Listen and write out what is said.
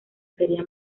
quería